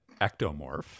ectomorph